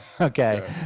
okay